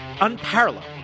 unparalleled